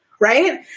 right